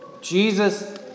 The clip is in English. Jesus